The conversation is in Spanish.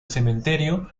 cementerio